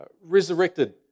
resurrected